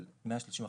של 130 אחוז,